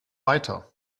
weiter